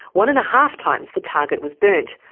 one and a half times the target was burnt.